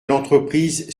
l’entreprise